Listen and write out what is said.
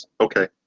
Okay